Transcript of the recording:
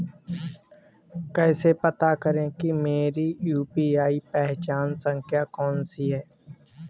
कैसे पता करें कि मेरी यू.पी.आई पहचान संख्या कौनसी है?